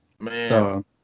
man